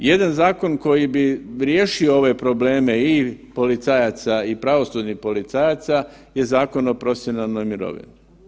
Jedan zakon koji bi riješio ove probleme i policajaca i pravosudnih policajaca je Zakon o profesionalnoj mirovini.